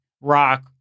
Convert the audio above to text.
rock